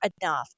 enough